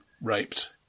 raped